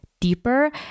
deeper